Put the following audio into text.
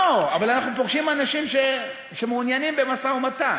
לא, אבל אנחנו פוגשים אנשים שמעוניינים במשא-ומתן.